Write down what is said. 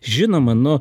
žinoma nu